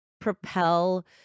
propel